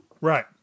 Right